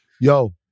yo